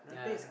yeah